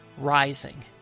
rising